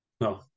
No